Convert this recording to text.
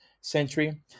century